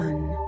One